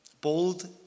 bold